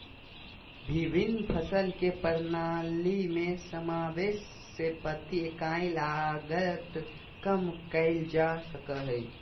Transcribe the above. विभिन्न फसल के प्रणाली में समावेष से प्रति इकाई लागत कम कइल जा सकय हइ